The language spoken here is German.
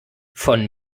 von